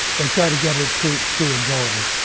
they try to get it through to a goal,